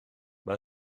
mae